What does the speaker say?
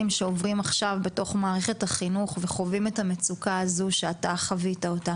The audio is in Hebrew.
שחווים עכשיו את המצוקה שאתה חווית במערכת החינוך?